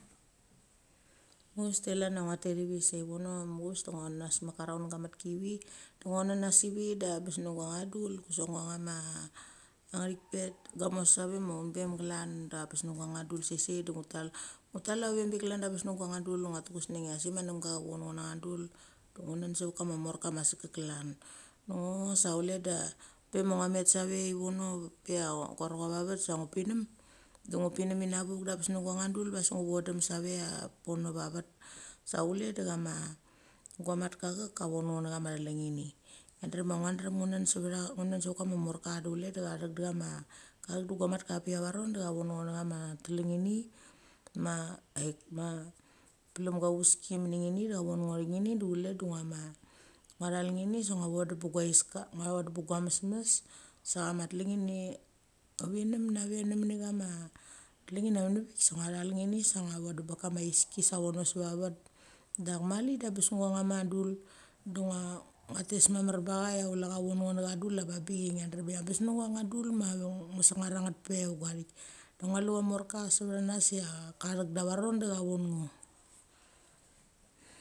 Muchaves da chalan cha ngia tet ivi sa ivono muchave de ngo thonanas sa met ka ranunga metki ivi de ngo thonanas ivi de bes na ducha dul kusek guchama ngeik pet gamossavem aunbem glan da bes gonga dul sei sei ma ngua tal. Ngua tal avem bik clan dak ngua tuges negng ai asik ma nemga che von ngo nanga dul ngunen sevet kama morka ma segak klan. De ngo sa chule da pe ma ngua met save ivino ia govo cha vavet sa ngu pininem de ngu pininem ina vuk da bes gonga dul diva asik vodem save ia pono vavet. Sa daule de chama guacham motka chak ka vongo ne chama thalangini. Ngia drem ia ngua drem ngunen sevet kama morka de chule de cha chek de guachamatka ava ron de cha von ngo ne chama tleng ini ma ple ng auveski mini ngini de von gno ne ngini de chule de nguama ngua chal ngini de ngua vodem bek guasik ka de ngua vodem bek gua mes mes. Sa chama tle ngini ngi vinem nave nemini chama tlengina vini vik sa ngua chal ngeni sa vodeb ba kama aiski savono seva vat. Dak mali da beas gonga ma dul, de ngua tes mamat ba cha ia chule cha von ngo ne chama dul ava bik ngia drem ia bes gonga dul ma ngu sangar ang nget pe ve gua thik. Da ngua lu cham morka sevanas ia ka chek da varonde cha von ngo.